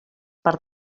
per